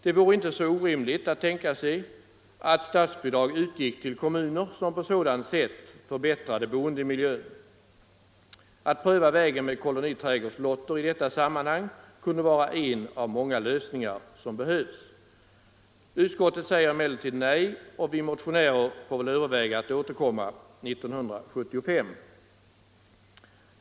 Det vore inte så orimligt att tänka sig att statsbidrag utgick till kommuner som på sådant sätt förbättrade boendemiljön. Att pröva vägen med koloniträdgårdslotter i detta sammanhang kunde vara en av mångå lösningar som behövs. Utskottet säger emellertid nej och vi motionärer får väl överväga att återkomma 1975.